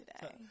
today